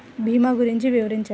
భీమా గురించి వివరించండి?